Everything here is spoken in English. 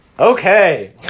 Okay